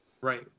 Right